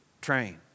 train